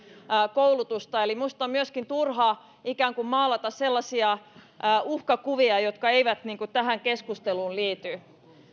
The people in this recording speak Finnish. koulutusta eli minusta on myöskin turha ikään kuin maalata sellaisia uhkakuvia jotka eivät tähän keskusteluun liity